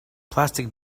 plastic